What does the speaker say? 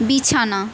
বিছানা